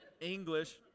English